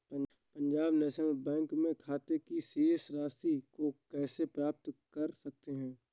Punjab National Bank में खाते की शेष राशि को कैसे पता कर सकते हैं?